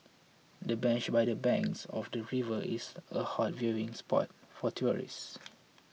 the bench by the banks of the river is a hot viewing spot for tourists